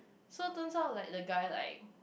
so turns out like the guy like